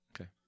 Okay